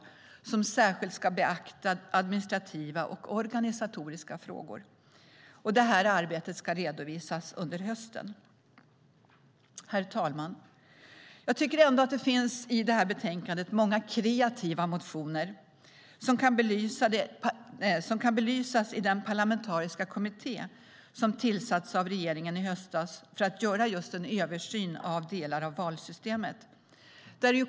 Den ska särskilt beakta administrativa och organisatoriska frågor. Det arbetet ska redovisas under hösten. Herr talman! Jag tycker att det i betänkandet finns många kreativa motioner som kan belysas i den parlamentariska kommitté som tillsattes av regeringen i höstas för att just göra en översyn av delar av valsystemet.